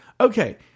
Okay